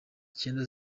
cyenda